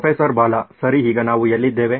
professor Bala ಸರಿ ಈಗ ನಾವು ಎಲ್ಲಿದ್ದೆವೆ